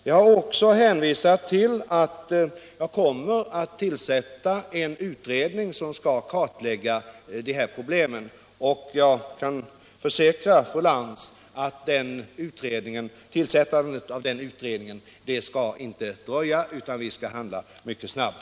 Jag har även hänvisat till att jag kommer att tillsätta en utredning som skall kartlägga de här problemen, och jag kan försäkra fru Lantz att tillsättandet av den utredningen inte skall dröja utan vi skall handla mycket snabbt.